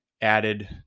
added